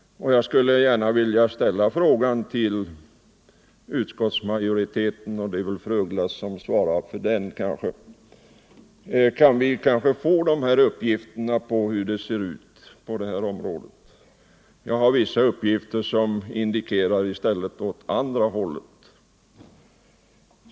Jag skulle gärna vilja fråga utskottsmajoriteten — och det är kanske fru af Ugglas som svarar för den: Kan vi få de här uppgifterna om hur det ser ut på detta område? Jag har vissa uppgifter som i stället pekar åt andra hållet.